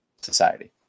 society